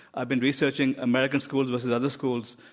i've been researching american schools versus other schools,